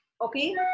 Okay